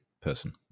person